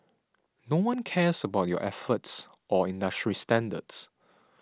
no one cares about your efforts or industry standards